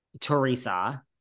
Teresa